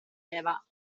eva